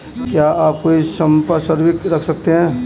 क्या आप कोई संपार्श्विक रख सकते हैं?